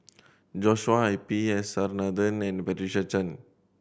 Joshua I P S R Nathan and Patricia Chan